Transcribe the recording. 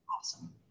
awesome